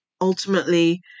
ultimately